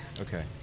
Okay